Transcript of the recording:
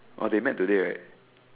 oh they met today right